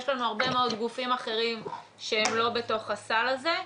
יש לנו הרבה מאוד גופים אחרים שהם לא בתוך הסל הזה.